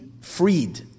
freed